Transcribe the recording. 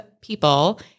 people